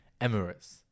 Emirates